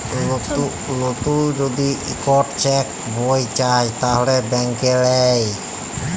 লতুল যদি ইকট চ্যাক বই চায় তাহলে ব্যাংকে লেই